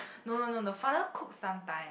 no no no the father cook sometime